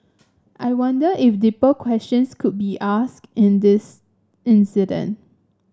I wonder if deeper questions could be asked in this incident